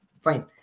fine